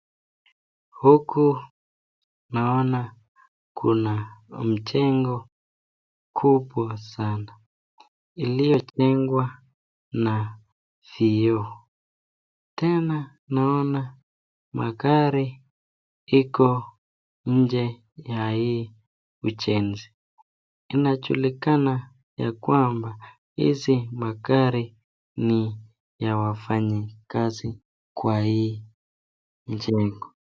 Huku naona kuna mjengo kubwa sana iliyojengwa na vioo. Tena naona magari iko nje ya hii mijenzi inajulikana ya kwamba hizi magari ni ya wafanyikazi kwa hii mjengo.